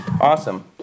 awesome